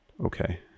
Okay